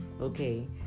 okay